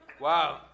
Wow